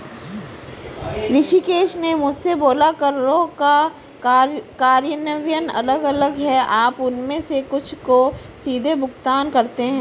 ऋषिकेश ने मुझसे बोला करों का कार्यान्वयन अलग अलग है आप उनमें से कुछ को सीधे भुगतान करते हैं